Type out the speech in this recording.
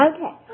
Okay